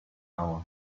hour